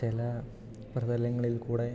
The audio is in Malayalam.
ചില പ്രതലങ്ങളിൽക്കൂടി